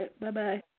Bye-bye